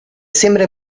sembra